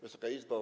Wysoka Izbo!